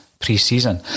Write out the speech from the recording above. pre-season